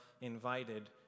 invited